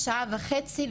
שעה וחצי,